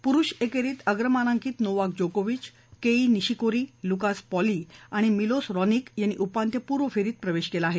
पुरुष एकेरीत अग्रमानांकित Novak Djokovic Kei Nishikori Lucas Pouille आणि मिलोस रॉनीक यांनी उपांत्यपूर्व फेरीत प्रवेश केला आहे